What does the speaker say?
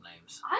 names